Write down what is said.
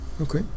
Okay